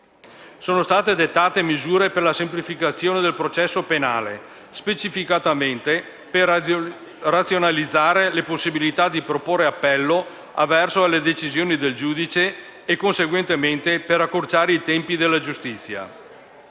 Sono state dettate misure per la semplificazione del processo penale, specificamente per razionalizzare le possibilità di proporre appello avverso alle decisioni del giudice e conseguentemente per accorciare i tempi della giustizia.